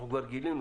אנחנו כבר גילינו.